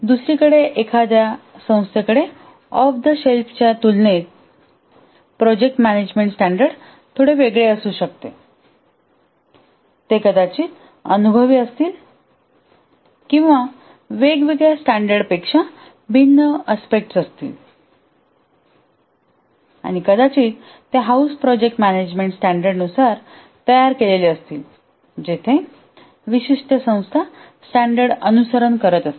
दुसरीकडे एखाद्या संस्थेकडे ऑफ-द शेल्फच्या तुलनेत प्रोजेक्ट मॅनेजमेंट स्टॅंडर्ड थोडे वेगळे असू शकते ते कदाचित अनुभवी असतील किंवा वेगवेगळ्या स्टॅंडर्ड पेक्षा भिन्न अस्पेक्टस घेतील आणि कदाचित ते हाऊस प्रोजेक्ट मॅनेजमेंट स्टॅंडर्ड नुसार तयार केलेले असतील जेथे विशिष्ट संस्था स्टॅंडर्ड अनुसरण करत असतील